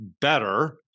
better